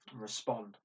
Respond